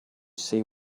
see